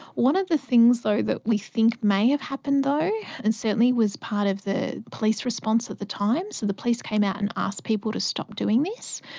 one of the things that we think may have happened though and certainly was part of the police response at the time, so the police came out and asked people to stop doing this,